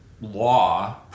law